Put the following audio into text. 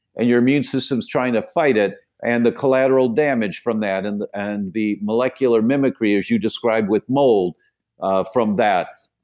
your immune system is trying to fight it and the collateral damage from that, and and the molecular mimicry, as you describe with mold ah from that,